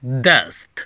dust